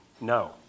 No